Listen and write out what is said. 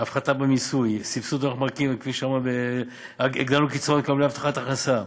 הפחתה במיסוי, סבסוד, קצבת מקבלי הכנסה,